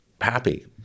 happy